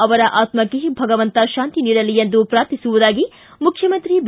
ಅವರ ಆತ್ಮಕ್ಷೆ ಭಗವಂತ ಶಾಂತಿ ನೀಡಲಿ ಎಂದು ಪ್ರಾರ್ಥಿಸುವುದಾಗಿ ಮುಖ್ಯಮಂತ್ರಿ ಬಿ